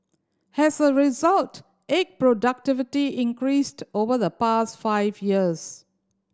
has a result egg productivity increased over the past five years